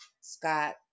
Scott